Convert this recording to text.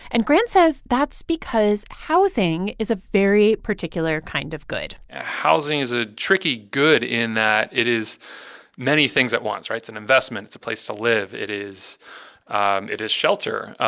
and grant says that's because housing is a very particular kind of good ah housing is a tricky good in that it is many things at once, right? it's an investment. it's a place to live. it is um it is shelter.